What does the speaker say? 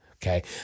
Okay